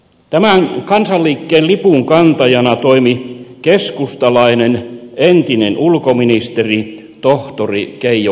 tämän kansanliikkeen lipunkantajana toimi keskustalainen entinen ulkoministeri tohtori keijo korhonen